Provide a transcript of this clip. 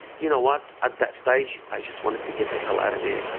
you know what? at that stage i just wanted to get the hell out of there.